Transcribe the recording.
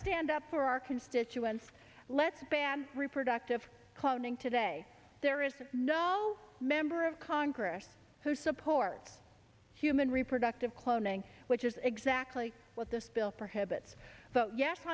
stand up for our constituents let's ban reproductive cloning today there is no member of congress who supports human reproductive cloning which is exactly what this bill for habits